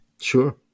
Sure